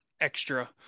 extra